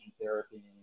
therapy